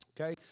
okay